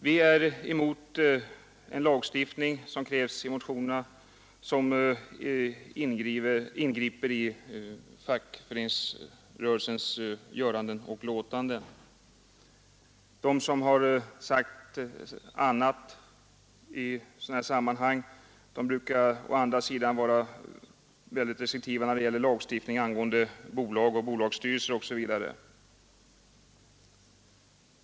Vi är emot en lagstiftning — som krävs i motionerna — som ingriper i fackföreningsrörelsens göranden och låtanden. De som har sagt annat i sådana här sammanhang brukar å andra sidan vara väldigt restriktiva när det gäller lagstiftning angående bolag, bolagsstyrelser osv.